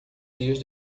dias